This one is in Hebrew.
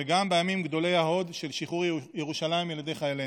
וגם בימים גדולי ההוד של שחרור ירושלים על ידי חיילנו.